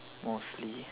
mostly